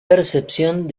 percepción